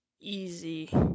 easy